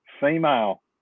female